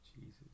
Jesus